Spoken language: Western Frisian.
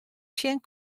sjen